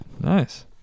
Nice